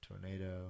tornado